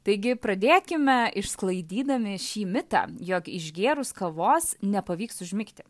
taigi pradėkime išsklaidydami šį mitą jog išgėrus kavos nepavyks užmigti